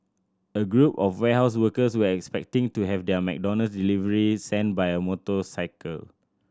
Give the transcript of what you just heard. a group of warehouse workers were expecting to have their McDonald's delivery sent by a motor cycle